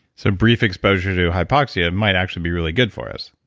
so brief exposure to hypoxia might actually be really good for us.